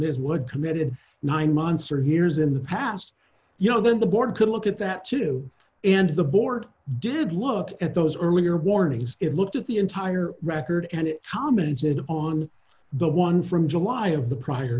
is what committed nine months or hears in the past you know the board could look at that too and the board did look at those earlier warnings it looked at the entire record and commented on the one from july of the prior